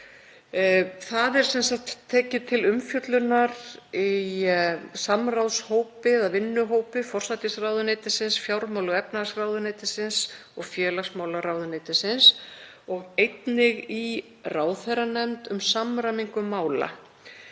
er tekið til umfjöllunar í samráðshópi eða vinnuhópi forsætisráðuneytisins, fjármála- og efnahagsráðuneytisins og félagsmálaráðuneytisins og einnig í ráðherranefnd um samræmingu mála.